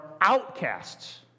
outcasts